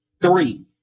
Three